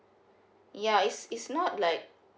ya it's it's not like